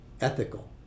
ethical